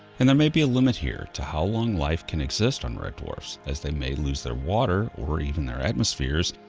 and there may be a limit here to how long life can exist on red dwarfs, as they may lose their water, or even their atmospheres,